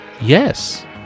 Yes